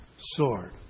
sword